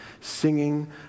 singing